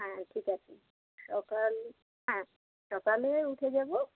হ্যাঁ ঠিক আছে সকাল হ্যাঁ সকালে উঠে যাব